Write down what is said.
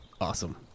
Awesome